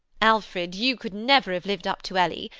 alfred, you could never have lived up to ellie.